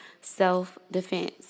self-defense